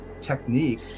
technique